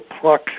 pluck